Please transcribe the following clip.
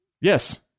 Yes